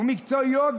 מקצועיות,